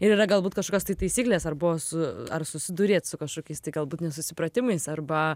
ir yra galbūt kažkokios tai taisyklės ar buvo su ar susidūrėt su kažkokiais tai galbūt nesusipratimais arba